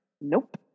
Nope